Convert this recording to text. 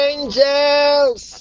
Angels